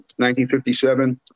1957